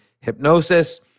hypnosis